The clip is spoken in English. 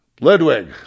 Ludwig